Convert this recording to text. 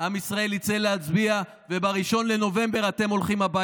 ב-1 בנובמבר נחליף אתכם.